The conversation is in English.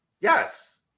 Yes